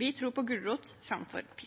Vi tror på